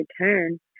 turn